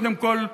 קודם כול: